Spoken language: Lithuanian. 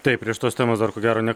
taip prie šitos temos dar ko gero ne